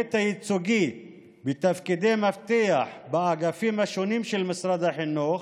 בהיבט הייצוגי בתפקידי מפתח באגפים השונים של משרד החינוך,